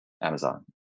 Amazon